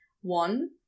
One